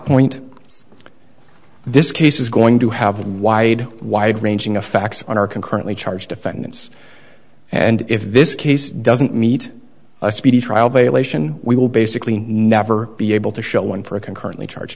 point this case is going to have wide wide ranging of facts on our concurrently charge defendants and if this case doesn't meet a speedy trial by elation we will basically never be able to show one for a concurrently charge